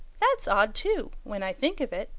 that's odd too, when i think of it,